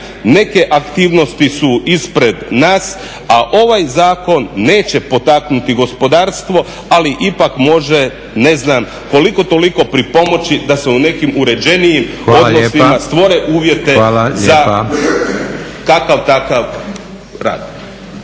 neke aktivnosti su ispred nas, a ovaj zakon neće potaknuti gospodarstvo, ali ipak može, ne znam, koliko toliko pripomoći da se u nekim uređenijim odnosima stvore uvjete za kakav takav rad.